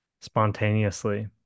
spontaneously